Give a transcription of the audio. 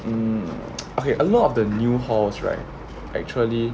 mm I a lot of the new halls right actually